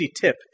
tip